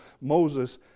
Moses